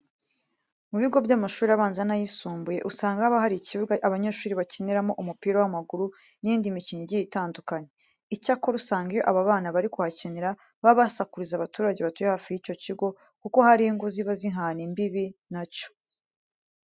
Mu bigo by'amashuri abanza n'ayisumbuye usanga haba hari ikibuga abanyeshuri bakiniramo umupira w'amaguru n'iyindi mikino igiye itandukanye. Icyakora usanga iyo aba bana bari kuhakinira baba basakuriza abaturage batuye hafi y'icyo kigo, kuko hari ingo ziba zihana imbibi na cyo.